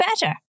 better